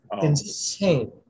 insane